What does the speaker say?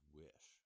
wish